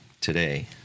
today